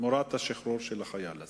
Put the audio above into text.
תמורת שחרור החייל הזה.